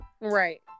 Right